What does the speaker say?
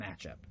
matchup